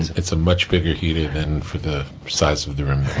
it's a much bigger heater than for the size of the room